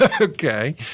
okay